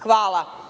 Hvala.